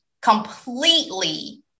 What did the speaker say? completely